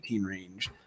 range